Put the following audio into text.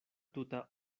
tuta